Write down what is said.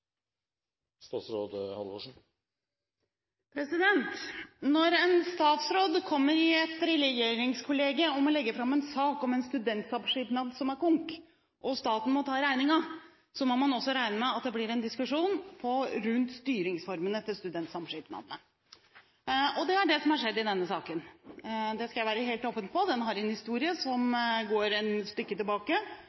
statsråd kommer i et regjeringskollegium og må legge fram en sak om en studentsamskipnad som er konk, og staten må ta regningen, må man også regne med at det blir en diskusjon rundt styringsformene til studentsamskipnadene. Det er det som har skjedd i denne saken. Det skal jeg være helt åpen på. Den har en historie som